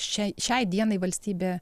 šiai šiai dienai valstybė